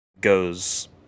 goes